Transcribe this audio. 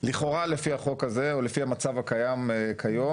לכאורה לפי החוק הזה או לפי המצב הקיים כיום,